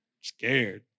Scared